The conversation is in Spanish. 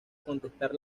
contestar